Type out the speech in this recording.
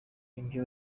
ibye